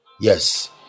Yes